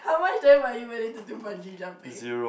how much then are you willing to do bungee jumping